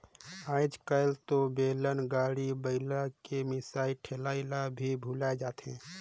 आयज कायल तो बेलन, गाड़ी, बइला के मिसई ठेलई ल भी भूलाये जाथे